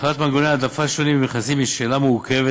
החלת מנגנוני העדפה שונים במכרזים היא שאלה מורכבת,